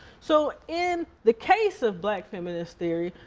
so in the case of black feminist theory,